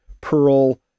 Pearl